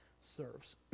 serves